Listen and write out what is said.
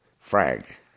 Frank